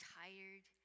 tired